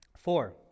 Four